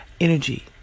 energy